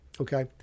okay